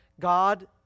God